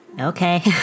Okay